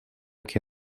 que